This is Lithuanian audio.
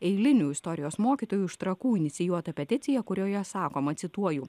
eilinių istorijos mokytojų iš trakų inicijuota peticija kurioje sakoma cituoju